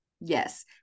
Yes